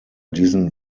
diesen